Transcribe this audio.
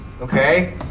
okay